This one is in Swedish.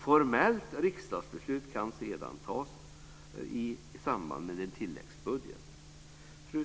Formellt riksdagsbeslut kan sedan fattas i samband med tilläggsbudget.